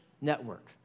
network